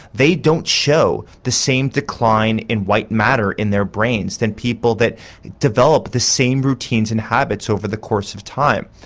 they don't show the same decline in white matter in their brains than people who develop the same routines and habits over the course of time.